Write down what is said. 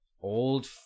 old